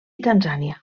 tanzània